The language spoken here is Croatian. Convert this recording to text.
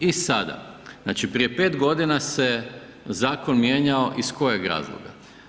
I sada, znači prije 5 godina se zakon mijenjao iz kojeg razloga?